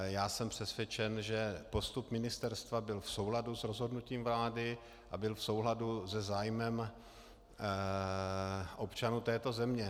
Já jsem přesvědčen, že postup ministerstva byl v souladu s rozhodnutím vlády a byl v souladu se zájmem občanů této země.